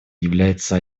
является